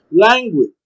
language